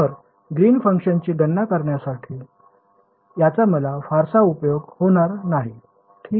तर ग्रीन फंक्शनची गणना करण्यासाठी याचा मला फारसा उपयोग होणार नाही ठीक आहे